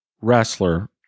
wrestler